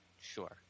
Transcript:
sure